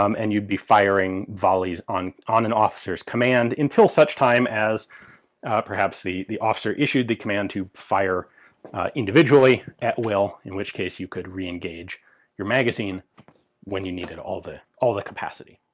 um and you'd be firing volleys on on an officer's command, until such time as perhaps the the officer issued the command to fire individually at will, in which case you could re-engage your magazine when you needed all the all the capacity.